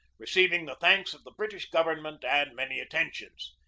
receiving the thanks of the british government and many attentions.